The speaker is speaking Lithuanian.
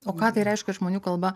o ką tai reiškia žmonių kalba